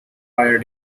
fire